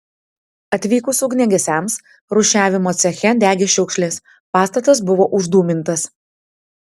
atvykus ugniagesiams rūšiavimo ceche degė šiukšlės pastatas buvo uždūmintas